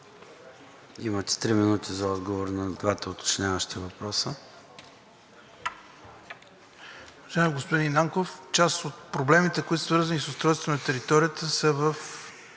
имате три минути за отговор на двата уточняващи въпроса.